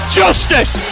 justice